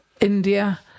India